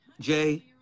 Jay